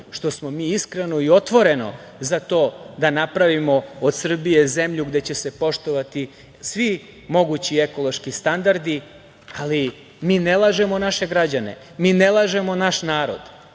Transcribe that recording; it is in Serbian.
što smo mi iskreno i otvoreno za to da napravimo od Srbije zemlju gde će se poštovati svi mogući ekološki standardi. Ali, mi ne lažemo naše građane. Mi ne lažemo naš narod.